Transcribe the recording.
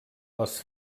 les